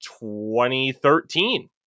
2013